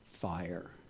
fire